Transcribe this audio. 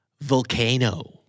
Volcano